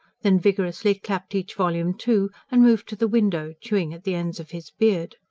then vigorously clapped each volume to and moved to the window, chewing at the ends of his beard.